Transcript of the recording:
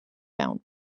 bound